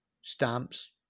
stamps